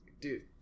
dude